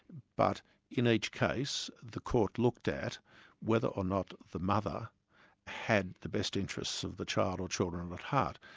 but in each case, the court looked at whether or not the mother had the best interests of the child or children at but heart.